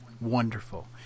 Wonderful